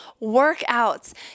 workouts